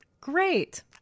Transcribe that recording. great